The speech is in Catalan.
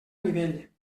nivell